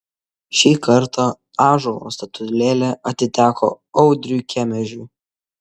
šį kartą ąžuolo statulėlė atiteko audriui kemežiui